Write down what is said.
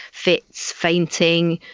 fits, fainting,